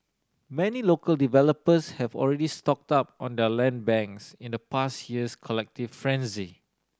many local developers have already stocked up on their land banks in the past year's collective frenzy